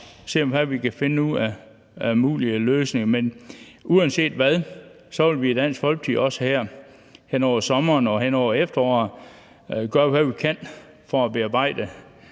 og se, hvad vi kan finde ud af af mulige løsninger. Men uanset hvad, vil vi i Dansk Folkeparti også her hen over sommeren og hen over efteråret gøre, hvad vi kan, for at bearbejde